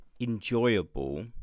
enjoyable